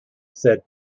said